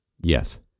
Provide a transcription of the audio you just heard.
Yes